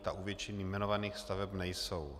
Ta u většiny jmenovaných staveb nejsou.